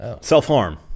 self-harm